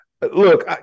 look